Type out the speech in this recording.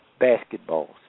basketballs